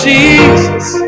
Jesus